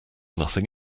nothing